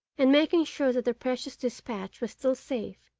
and, making sure that the precious despatch was still safe,